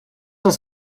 uns